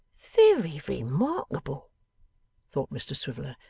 very remarkable thought mr swiveller.